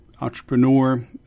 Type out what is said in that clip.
entrepreneur